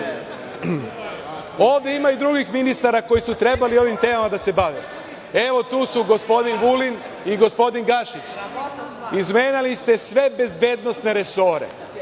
ovde ima i drugih ministara koji su trebali ovim temama da se bave. Evo, tu su gospodin Vulin i gospodin Gašić. Izmenjali ste sve bezbednosne resore.